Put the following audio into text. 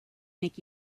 make